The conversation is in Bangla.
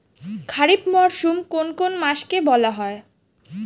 খারিফ মরশুম কোন কোন মাসকে বলা হয়?